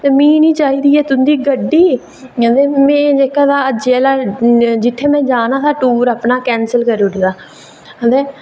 ते मिगी निं चाहिदी ऐ तुं'दी गड्डी ते जित्थै में जाना हा टूर अपना कैंसल करी ओड़ेआ ते